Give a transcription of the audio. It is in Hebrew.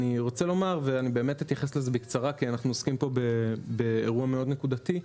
אני אתייחס בקצרה כי אנחנו עוסקים פה באירוע מאוד נקודתי.